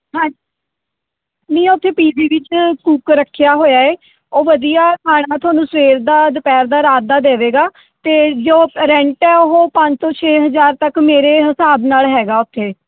ਹਾਂ ਨਹੀਂ ਉਥੇ ਪੀ ਜੀ ਵਿੱਚ ਕੁੱਕ ਰੱਖਿਆ ਹੋਇਆ ਹੈ ਉਹ ਵਧੀਆ ਖਾਣਾ ਤੁਹਾਨੂੰ ਸਵੇਰ ਦਾ ਦੁਪਹਿਰ ਦਾ ਰਾਤ ਦਾ ਦੇਵੇਗਾ ਅਤੇ ਜੋ ਰੈਂਟ ਹੈ ਉਹ ਪੰਜ ਤੋਂ ਛੇ ਹਜ਼ਾਰ ਤੱਕ ਮੇਰੇ ਹਿਸਾਬ ਨਾਲ ਹੈਗਾ ਉੱਥੇ